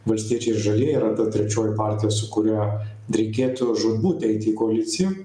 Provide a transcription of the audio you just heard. valstiečiai ir žalieji yra ta trečioji partija su kuria reikėtų žūtbūt eiti į koaliciją